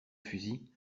fusil